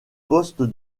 poste